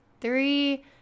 Three